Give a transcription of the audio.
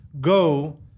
go